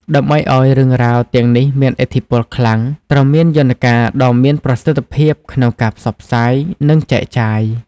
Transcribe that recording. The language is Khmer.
ដើម្បីឲ្យរឿងរ៉ាវទាំងនេះមានឥទ្ធិពលខ្លាំង ត្រូវមានយន្តការដ៏មានប្រសិទ្ធភាពក្នុងការផ្សព្វផ្សាយ និងចែកចាយ។